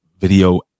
video